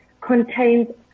contains